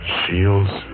shields